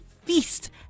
feast